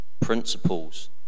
principles